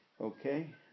okay